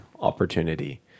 opportunity